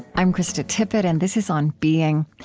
i'm krista tippett, and this is on being.